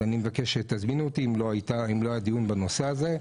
אז אני מבקש שתזמינו אותי אם לא היה דיון בנושא הזה.